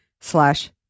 slash